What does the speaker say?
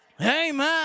Amen